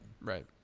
right